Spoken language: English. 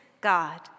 God